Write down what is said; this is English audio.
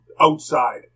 outside